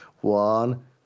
One